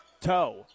toe